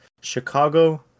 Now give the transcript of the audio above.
Chicago